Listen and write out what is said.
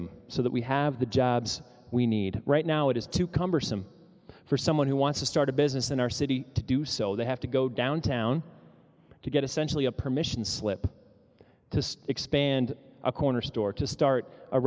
them so that we have the jobs we need right now it is too cumbersome for someone who wants to start a business in our city to do so they have to go downtown to get essentially a permission slip to expand a corner store to start a